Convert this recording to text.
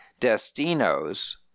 Destinos